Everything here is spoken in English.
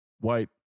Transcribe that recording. White